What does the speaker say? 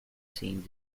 seem